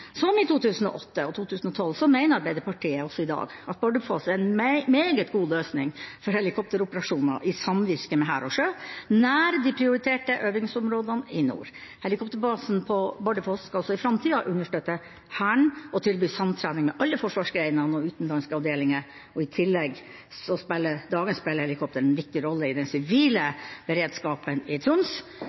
Som i 2008 og i 2012 mener Arbeiderpartiet også i dag at Bardufoss er en meget god løsning for helikopteroperasjoner i samvirke med hær og sjø, nær de prioriterte øvingsområdene i nord. Helikopterbasen på Bardufoss skal også i framtida understøtte Hæren og tilby samtrening med alle forsvarsgrener og utenlandske avdelinger. I tillegg spiller dagens Bell-helikoptre en viktig rolle i den sivile beredskapen i Troms.